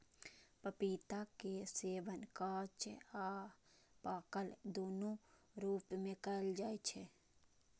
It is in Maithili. पपीता के सेवन कांच आ पाकल, दुनू रूप मे कैल जाइ छै